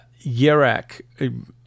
Yerak